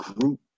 group